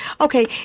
Okay